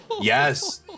yes